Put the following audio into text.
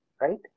right